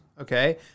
okay